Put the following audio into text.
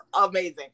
amazing